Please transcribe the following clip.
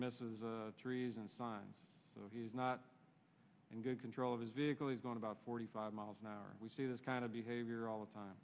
misses trees and signs so he's not in good control of his vehicle he's gone about forty five miles an hour we see this kind of behavior all the